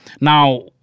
Now